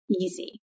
easy